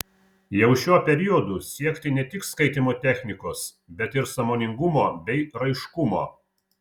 jau šiuo periodu siekti ne tik skaitymo technikos bet ir sąmoningumo bei raiškumo